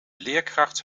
leerkracht